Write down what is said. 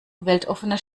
weltoffene